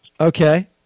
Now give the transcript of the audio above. Okay